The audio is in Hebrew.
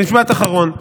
משפט אחרון.